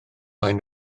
maen